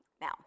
Now